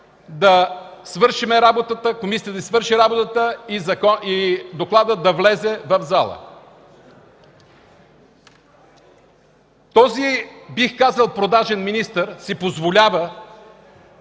да свършим работата, комисията да си свърши работата и докладът да влезе в залата. Този, бих казал, продажен министър, си позволява